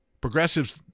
Progressives